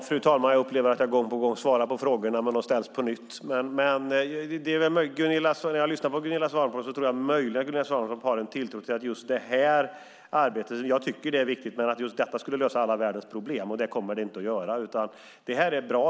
Fru talman! Jag upplever att jag gång på gång svarar på frågorna, men de ställs på nytt. När jag lyssnar på Gunilla Svantorp tror jag möjligen att Gunilla Svantorp har en tilltro till att just det här arbetet, som jag tycker är viktigt, skulle lösa alla världens problem. Det kommer det inte att göra. Det här är bra.